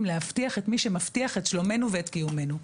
להבטיח את מי שמבטיח את שלומנו ואת קיומנו,